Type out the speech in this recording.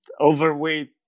Overweight